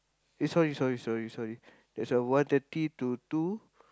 eh sorry sorry sorry sorry that's a one thirty to two